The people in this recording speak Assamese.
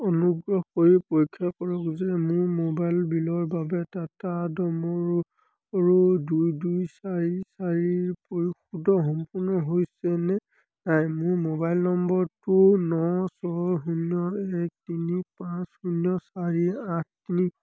অনুগ্ৰহ কৰি পৰীক্ষা কৰক যে মোৰ মোবাইল বিলৰ বাবে টাটা ডমোৰোৰ ডকোমোৰ দুই দুই চাৰি চাৰিৰ পৰিশোধ সম্পূৰ্ণ হৈছেনে নাই মোৰ মোবাইল নম্বৰটো ন ছয় শূন্য এক তিনি পাঁচ শূন্য চাৰি আঠ তিনি